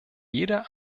jeder